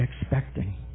expecting